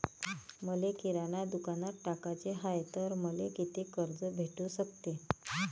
मले किराणा दुकानात टाकाचे हाय तर मले कितीक कर्ज भेटू सकते?